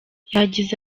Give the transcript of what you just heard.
yagize